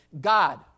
God